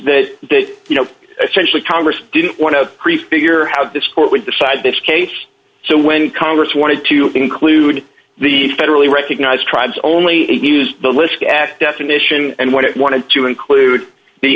is that you know essentially congress didn't want to prefigure how the sport would decide this case so when congress wanted to include the federally recognized tribes only it used the list at definition and what it wanted to include